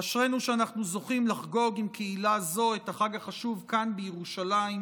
אשרינו שאנחנו זוכים לחגוג עם קהילה זו את החג החשוב כאן בירושלים,